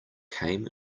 came